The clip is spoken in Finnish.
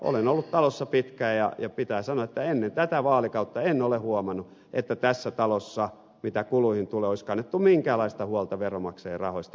olen ollut talossa pitkään ja pitää sanoa että ennen tätä vaalikautta en ole huomannut että tässä talossa mitä kuluihin tulee olisi kannettu minkäänlaista huolta veronmaksajien rahoista